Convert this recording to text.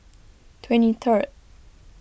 twenty third